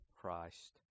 Christ